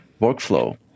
workflow